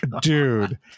Dude